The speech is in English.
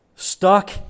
stuck